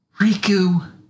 Riku